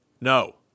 no